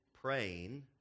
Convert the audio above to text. praying